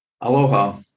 Aloha